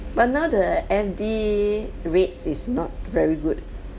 but now the F_D rates is not very good